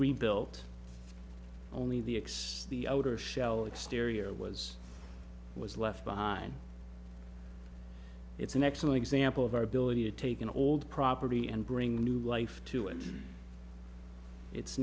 rebuilt only the excess the outer shell exterior was was left behind it's an excellent example of our ability to take an old property and bring new life to it it's